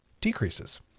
decreases